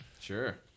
Sure